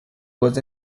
was